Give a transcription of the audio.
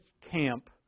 camp